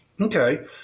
Okay